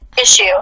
issue